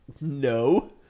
No